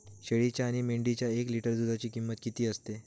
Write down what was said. शेळीच्या आणि मेंढीच्या एक लिटर दूधाची किंमत किती असते?